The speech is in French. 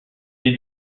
est